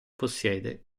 possiede